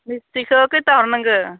मिस्थिखो खैथा हरनांगौ